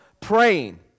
praying